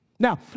Now